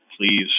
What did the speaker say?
Please